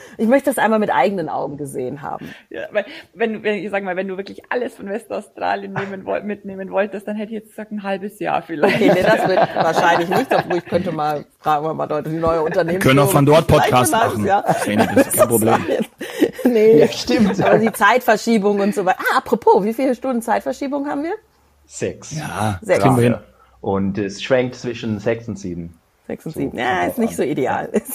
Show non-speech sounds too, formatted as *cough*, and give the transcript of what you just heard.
Ich möchte das einmal mit eigenen Augen gesehen haben. Ja, weil wenn du- wenn- ich sag mal, wenn du wirklich alles von Westaustralien *laughs* nehmen woll- mitnehmen wolltest, dann hätte ich jetzt gesagt, ein halbes Jahr vielleicht. Okay, nee, das wird wahrscheinlich nicht. *laughs* Obwohl, ich könnte mal fragen, ob man dort die neue Wir können auch Unternehmensführung von dort vielleicht schon Podcast ein halbes machen. Jahr. Das ist kein Problem. *laughs* Nee. Ja, stimmt. Aber die *laughs* Zeitverschiebung und so wei- Ah, apropos, wie viele Stunden Zeitverschiebung haben wir? Sechs. Ja, das kriegen wir Sechs. hin. Gerade. Und es schwenkt zwischen sechs und sieben. Sechs und So, sieben. kommt Ja, drauf ist nicht an. so Ja. ideal. *laughs*